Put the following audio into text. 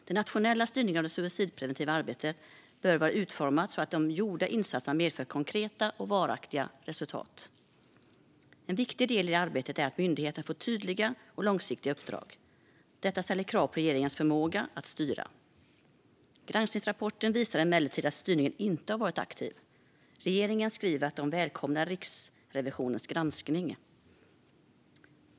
Den nationella styrningen av det suicidpreventiva arbetet bör vara utformad så att de gjorda insatserna medför konkreta och varaktiga resultat. En viktig del i det arbetet är att myndigheter får tydliga och långsiktiga uppdrag. Detta ställer krav på regeringens förmåga att styra. Granskningsrapporten visar emellertid att styrningen inte har varit aktiv. Regeringen skriver att man välkomnar Riksrevisionens granskning.